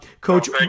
Coach